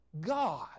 God